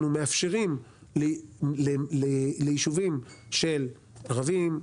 אנחנו מאפשרים ליישובים של ערבים,